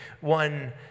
one